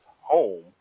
home